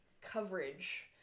coverage